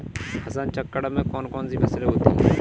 फसल चक्रण में कौन कौन सी फसलें होती हैं?